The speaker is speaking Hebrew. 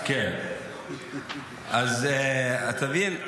כן, אתם יודעים,